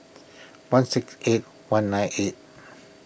one six eight one nine eight